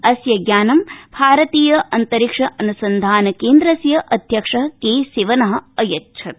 अस्य ज्ञानं भारतीय अन्तरिक्ष अन्सन्धान् केन्द्रस्य अध्यक्ष के सिवन अयच्छत्